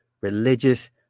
religious